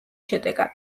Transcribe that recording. შედეგად